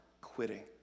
quitting